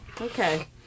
Okay